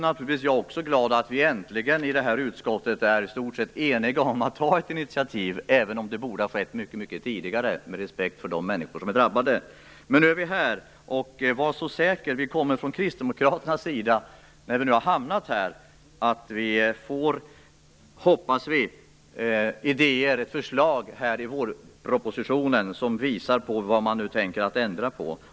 Naturligtvis är också jag glad att vi i utskottet äntligen är i stort sett eniga om att ta ett initiativ, även om det borde har skett mycket tidigare, av respekt för de människor som är drabbade. Men nu är vi här, och vi hoppas att det i vårpropositionen kommer idéer och förslag som visar vad man tänker ändra på.